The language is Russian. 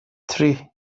три